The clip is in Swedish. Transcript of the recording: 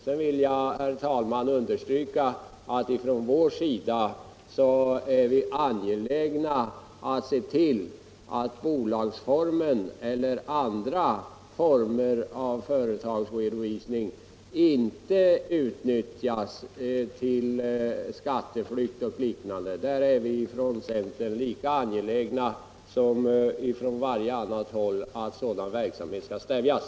Sedan vill jag, herr talman, understryka att vi ifrån vår sida också är angelägna att se till att bolagsformen eller andra former av företagsredovisning inte utnyttjas för skatteflykt och liknande. Vi inom centern är lika angelägna som man är på varje annat håll att sådan verksamhet skall stävjas.